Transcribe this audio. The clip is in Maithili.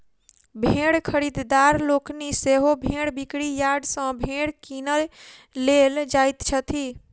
भेंड़ खरीददार लोकनि सेहो भेंड़ बिक्री यार्ड सॅ भेंड़ किनय लेल जाइत छथि